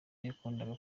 yakundaga